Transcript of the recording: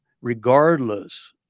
regardless